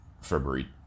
February